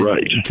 Right